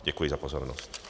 Děkuji za pozornost.